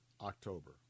October